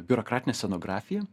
biurokratinė scenografija